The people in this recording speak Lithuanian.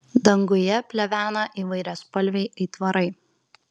danguje plevena įvairiaspalviai aitvarai